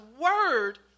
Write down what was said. word